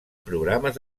programes